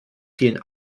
vielen